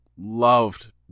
loved